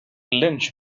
lynch